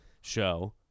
show